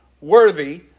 worthy